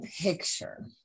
picture